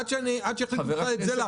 עד שיחליטו להפריט את זה.